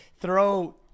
throw